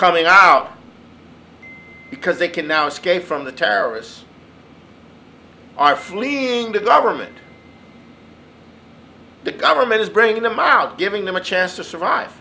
coming out because they can now escape from the terrorists are fleeing the government the government is bringing them out giving them a chance to survive